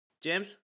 James